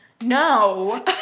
no